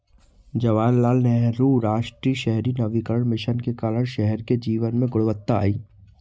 जवाहरलाल नेहरू राष्ट्रीय शहरी नवीकरण मिशन के कारण शहर के जीवन में गुणवत्ता आई